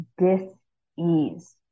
dis-ease